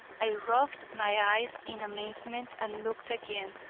i rubbed my eyes in amazement and looked again.